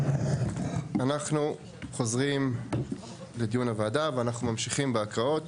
אנחנו חוזרים לדיון הוועדה ואנחנו ממשיכים בהקראות.